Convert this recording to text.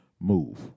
move